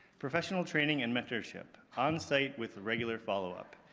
professional training and mentorship, on-site with regular follow-up.